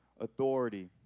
authority